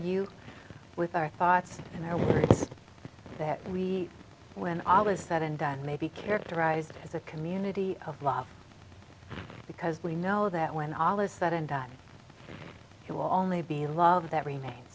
you with our thoughts and their word that we when all is said and done may be characterized as a community of love because we know that when all is said and done you will only be loved that remain